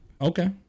Okay